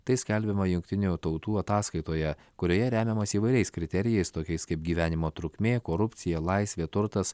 tai skelbiama jungtinių tautų ataskaitoje kurioje remiamasi įvairiais kriterijais tokiais kaip gyvenimo trukmė korupcija laisvė turtas